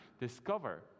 discover